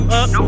up